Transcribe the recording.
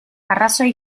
arrazoi